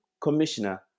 commissioner